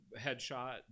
headshot